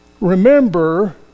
Remember